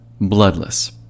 bloodless